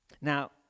Now